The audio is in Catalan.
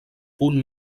punt